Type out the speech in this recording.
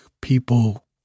people